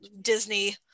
disney